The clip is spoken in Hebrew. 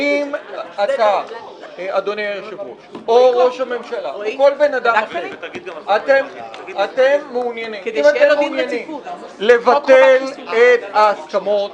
אם אתה או ראש הממשלה או כל בן אדם אחר מעוניינים לבטל את ההסכמות